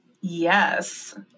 Yes